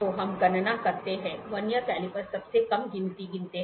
तो हम गणना करते हैं वर्नियर कैलिपर्स सबसे कम गिनती गिनते हैं